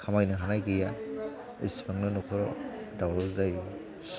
खामायनो हानाय गैया एसेबांनो न'खराव दावराव जायो